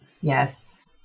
Yes